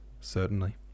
Certainly